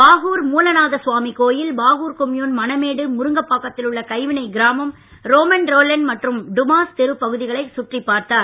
பாகூர் மூலநாத சுவாமி கோவில் பாகூர் கொம்யூன் மணமேடு முருங்கபாக்கத்தில் உள்ள கைவினை கிராமம் ரோமன் ரோலண்ட் மற்றும் டுமாஸ் தெரு பகுதிகளைச் சுற்றிப் பார்த்தார்